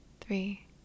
three